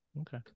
Okay